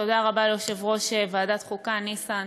תודה רבה ליושב-ראש ועדת החוקה, ניסן,